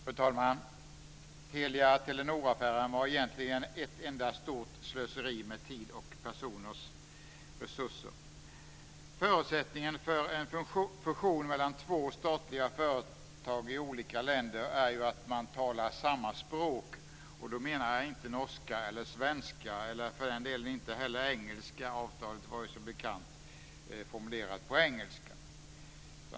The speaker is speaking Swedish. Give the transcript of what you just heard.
Fru talman! Telia-Telenor-affären var egentligen ett enda stort slöseri med tid och personers resurser. Förutsättningen för en fusion mellan två statliga företag i olika länder är ju att man talar samma språk, och då menar jag inte norska eller svenska, och inte heller engelska för den delen. Avtalet var som bekant på engelska.